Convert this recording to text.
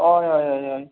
हय हय हय हय